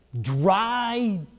dry